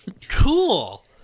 Cool